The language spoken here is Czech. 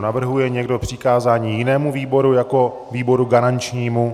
Navrhuje někdo přikázání jinému výboru jako výboru garančnímu?